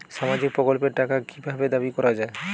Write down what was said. সামাজিক প্রকল্পের টাকা কি ভাবে দাবি করা হয়?